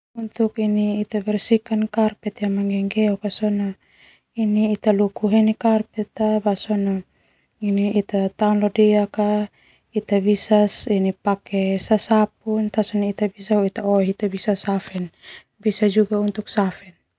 Karpet ita luku heni tao leo deak pake sasapuk bisa pake oe.